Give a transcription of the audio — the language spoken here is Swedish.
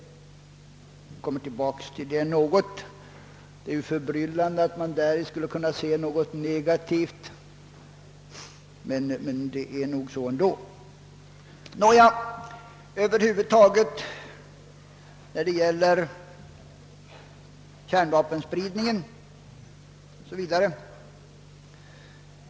Jag skall senare komma tillbaka till denna fråga — det kan ju synas förbryllande att man däri kan se något negativt.